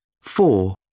Four